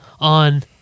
on